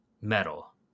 Metal